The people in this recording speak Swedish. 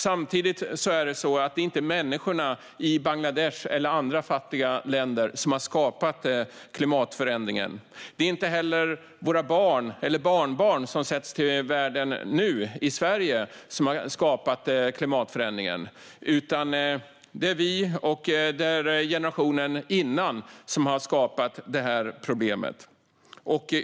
Samtidigt är det inte människorna i Bangladesh eller andra fattiga länder som har skapat klimatförändringen. Det är inte heller våra barn eller barnbarn som sätts till världen nu i Sverige som har skapat klimatförändringen. Det är vi och generationen innan som har skapat problemet.